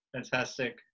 Fantastic